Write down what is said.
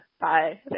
Bye